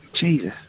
Jesus